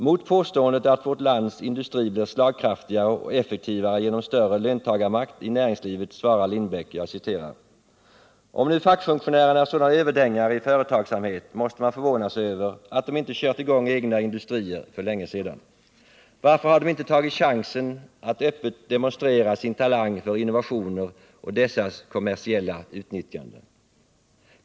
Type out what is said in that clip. Mot påståendet att vårt lands industri blir slagkraftigare och effektivare genom större löntagarmakt i näringslivet svarar Lindbeck: ”Om nu fackfunktionärerna är sådana överdängare i företagsamhet, måste man förvånas över att de inte kört igång egna industrier för länge sedan! Varför har de inte tagit chansen att öppet demonstrera sin talang för innovationer och dessas kommersiella utnyttjande?